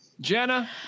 jenna